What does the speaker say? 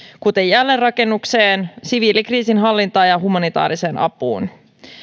kuten jälleenrakennukseen siviilikriisinhallintaan ja humanitaariseen apuun